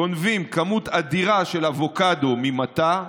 גונבים כמות אדירה של אבוקדו ממטע,